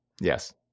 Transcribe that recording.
Yes